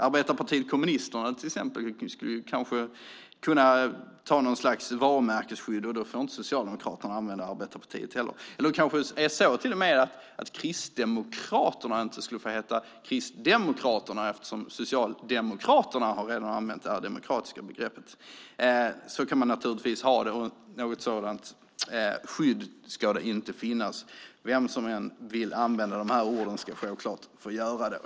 Arbetarpartiet kommunisterna skulle kunna ta något slags varumärkesskydd, och då får inte Socialdemokraterna använda ordet "arbetarpartiet" heller. Det kanske till och med är så att Kristdemokraterna inte skulle få heta det eftersom Socialdemokraterna redan har använt ordet "demokraterna". Så kan man naturligtvis inte ha det, och något sådant skydd ska inte finnas. Vem som än vill använda dessa ord ska självklart få göra det.